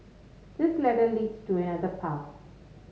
this ladder leads to another path